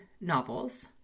novels